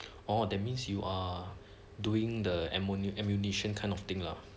orh that means you are doing the ammun~ ammunition kind of thing lah